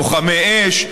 לוחמי אש,